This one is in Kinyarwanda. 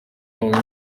bamwe